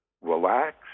relax